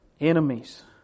enemies